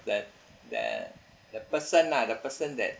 that the the person lah the person that